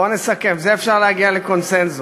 בוא נסכם, בזה אפשר להגיע לקונסנזוס.